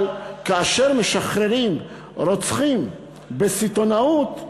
אבל כאשר משחררים רוצחים בסיטונות,